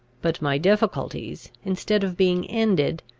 but my difficulties, instead of being ended,